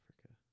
africa